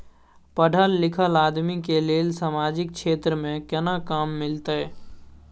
पढल लीखल आदमी के लेल सामाजिक क्षेत्र में केना काम मिलते?